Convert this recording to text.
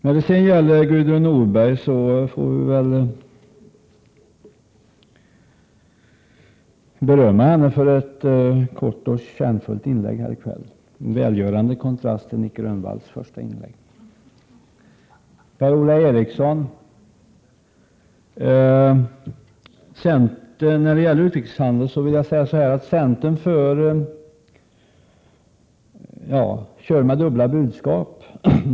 Jag måste berömma Gudrun Norberg för ett kort och kärnfullt anförande här i kväll. Det var en välgörande kontrast till Nic Grönvalls första inlägg. Per-Ola Eriksson! När det gäller utrikeshandeln kör centern med dubbla budskap.